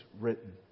written